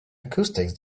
acoustics